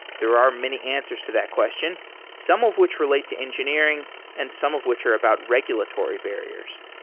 there are many answers to that question some of which relate to engineering and some of which are about regulatory barriers.